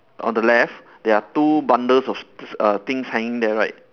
on the left there are two bundles of tis~ uh things hanging there right